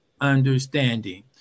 understanding